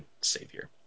Savior